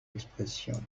expression